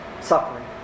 suffering